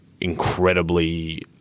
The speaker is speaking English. incredibly